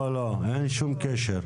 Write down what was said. לא, אין שום קשר.